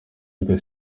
gutyo